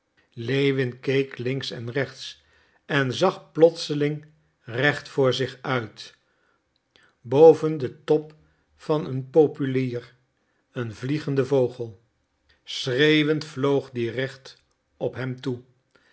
lewin keek links en rechts en zag plotseling recht voor zich uit boven den top van een populair een vliegenden vogel schreeuwend vloog die recht op hem toe